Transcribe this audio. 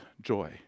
joy